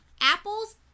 Apples